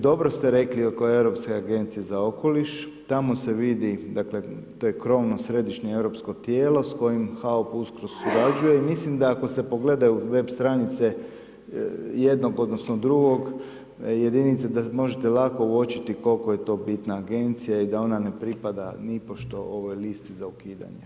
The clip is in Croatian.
Dobro ste rekli oko Europske agencije za okoliš, tamo se vidi, dakle, da je krovno središnje europsko tijelo s kojim HAOP usko surađuje i mislim da ako se pogledaju web stranice jednog odnosno drugog jedinice da možete lako uočiti koliko je to bitna agencija i da ona ne pripada nipošto ovoj listi za ukidanje.